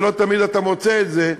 ולא תמיד אתה מוצא את זה,